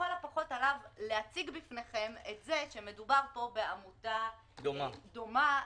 לכל הפחות עליו להציג בפניכם שמדובר פה בעמותה דומה,